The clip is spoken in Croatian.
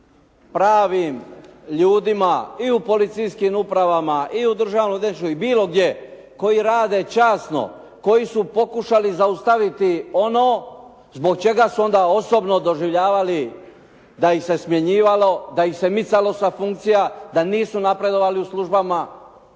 pravim ljudima i u policijskim upravama i u državnom odvjetništvu, i bilo gdje koji rade časno, koji su pokušali zaustaviti ono zbog čega su onda osobno doživljavali da ih se smjenjivalo, da ih se micalo sa funkcija, da nisu napredovali u službama.